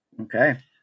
Okay